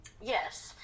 Yes